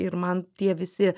ir man tie visi